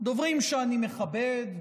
דוברים שאני מכבד,